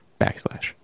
backslash